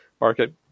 Market